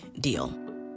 deal